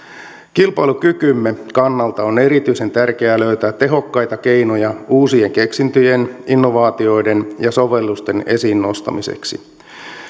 kilpailukykymme kannalta on erityisen tärkeää löytää tehokkaita keinoja uusien keksintöjen innovaatioiden ja sovellusten esiin nostamiseksi